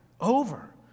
over